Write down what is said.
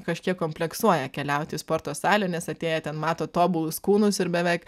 kažkiek kompleksuoja keliauti į sporto salę nes atėję ten mato tobulus kūnus ir beveik